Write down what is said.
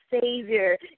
savior